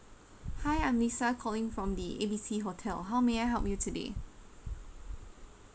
hi I'm lisa calling from the A B C hotel how may I help you today